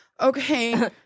okay